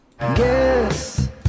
Yes